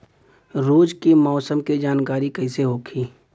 रोज के मौसम के जानकारी कइसे होखि?